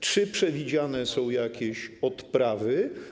Czy przewidziane są jakieś odprawy?